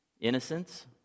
Innocence